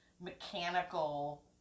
mechanical